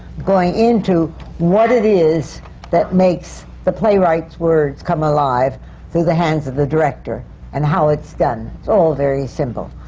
going into what it is that makes the playwright's words come alive through the hands of the director and how it's done. it's all very simple.